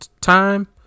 time